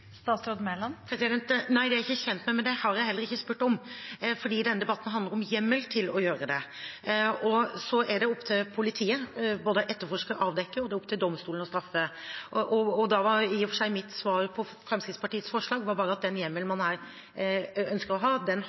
Nei, det er jeg ikke kjent med, men det har jeg heller ikke spurt om, for denne debatten handler om hjemmel til å gjøre det. Så er det opp til politiet både å etterforske og avdekke, og det er opp til domstolene å straffe. Mitt svar på Fremskrittspartiets forslag var da at den hjemmelen man her ønsker å ha, har man allerede. Det er et annet spørsmål hvorvidt den